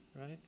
Right